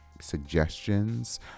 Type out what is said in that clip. suggestions